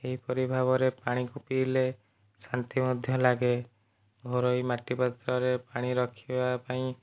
ଏହିପରି ଭାବରେ ପାଣିକୁ ପିଇଲେ ଶାନ୍ତି ମଧ୍ୟ ଲାଗେ ଘରୋଇ ମାଟିପାତ୍ରରେ ପାଣି ରଖିବା ପାଇଁ